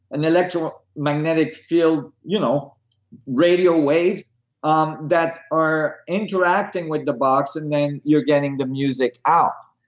an electromagnetic field you know radio waves um that are interacting with the box and then you're getting the music out.